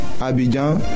Abidjan